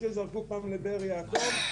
אותי זרקו פעם לבאר יעקב,